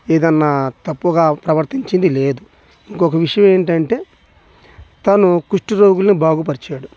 ఏదైనా తప్పుగా ప్రవర్తించింది లేదు ఇంకొక విషయం ఏంటంటే తను కుష్టి రోగులను బాగుపరిచాడు